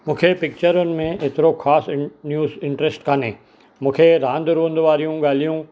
मूंखे पिक्चुरनि में एतिरो ख़ासि न्यूज़ इंट्रस्ट कोन्हे मूंखे रांदि रुंद वारियूं ॻाल्हियूं